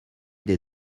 des